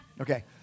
okay